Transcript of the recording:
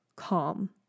calm